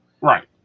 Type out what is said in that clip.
right